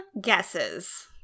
guesses